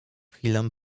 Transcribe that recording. chwilę